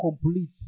complete